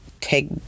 take